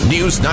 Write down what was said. News